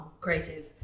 creative